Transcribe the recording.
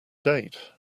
date